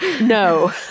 No